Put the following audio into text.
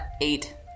eight